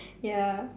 ya